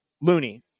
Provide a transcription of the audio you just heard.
Looney